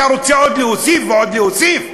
אתה רוצה עוד להוסיף ועוד להוסיף?